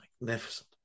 magnificent